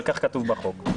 אבל כך כתוב בחוק.